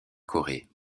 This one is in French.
corée